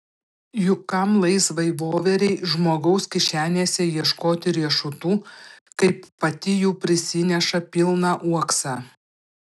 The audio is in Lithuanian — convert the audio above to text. juk kam laisvai voverei žmogaus kišenėse ieškoti riešutų kaip pati jų prisineša pilną uoksą